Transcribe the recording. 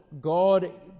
God